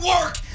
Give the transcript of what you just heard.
work